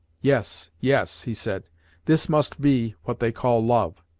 yes yes he said this must be what they call love!